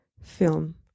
film